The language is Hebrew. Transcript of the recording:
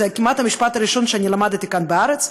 זה כמעט המשפט הראשון שלמדתי כאן בארץ.